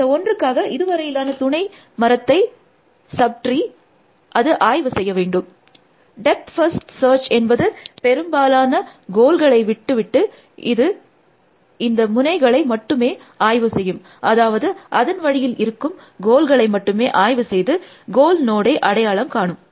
இந்த ஒன்றுக்காக இது வரையிலான துணை மரத்தை அது ஆய்வு செய்ய வேண்டும் டெப்த் ஃபர்ஸ்ட் சர்ச் என்பது பெரும்பாலான கோல்களை விட்டுவிட்டு அது இந்த முனைகளை மட்டுமே ஆய்வு செய்யும் அதாவது அதன் வழியில் இருக்கும் கோல்களை மட்டுமே ஆய்வு செய்து கோல் நோடை அடையாளம் காணும்